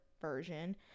version